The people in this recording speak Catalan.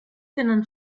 tenen